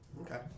Okay